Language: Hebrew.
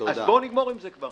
אז בואו נגמור עם זה כבר.